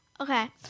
Okay